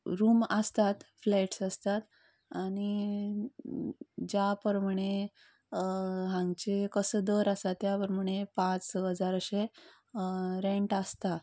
room आसतात flats आसतात आनी ज्या प्रमाणें हांगचे कसो दर आसा त्या प्रमाणें पांच स हजार अशें रेन्ट आसता